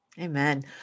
Amen